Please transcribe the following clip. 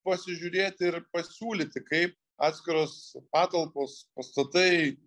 pasižiūrėti ir pasiūlyti kaip atskiros patalpos pastatai